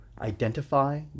identify